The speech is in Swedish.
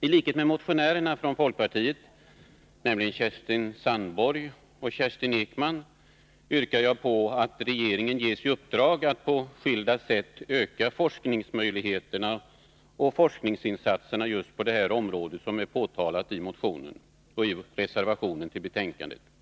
I likhet med motionärerna från folkpartiet, Kerstin Sandborg och Kerstin Ekman, yrkar jag på att regeringen skall ges i uppdrag att på skilda sätt öka forskningsmöjligheterna och forskningsinsatserna på just det område som motionen och reservationen 1 till betänkandet behandlar.